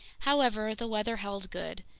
however, the weather held good.